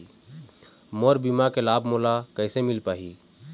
मोर बीमा के लाभ मोला कैसे मिल पाही?